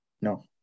No